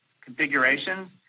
configurations